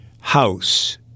house